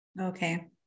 Okay